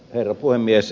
herra puhemies